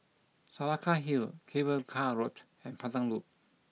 Saraca Hill Cable Car Road and Pandan Loop